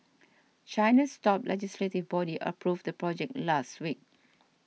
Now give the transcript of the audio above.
China's top legislative body approved the project last week